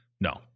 no